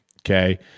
Okay